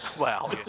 wow